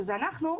שזה אנחנו,